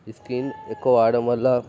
ఈ స్క్రీన్ ఎక్కువ వాడడం వల్ల